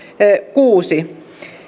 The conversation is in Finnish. kuusi